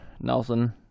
Nelson